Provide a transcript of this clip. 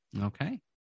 okay